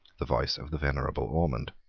the voice of the venerable ormond.